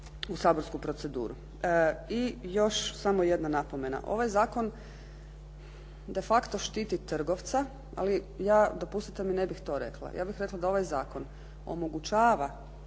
u saborsku proceduru. I još samo jedna napomena. Ovaj zakon de facto štiti trgovca, ali ja dopustite mi ne bih to rekla. Ja bih rekla da ovaj zakon omogućava